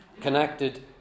connected